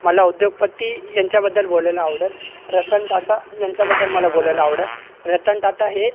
मला उद्योगपती यांच्याबद्दल बोलायला आवडंल रतन टाटा ह्यांच्याबद्दल मला बोलायला आवडंल रतन टाटा हे